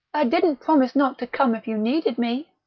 i didn't promise not to come if you needed me.